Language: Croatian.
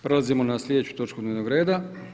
Prelazimo na sljedeću točku dnevnog reda.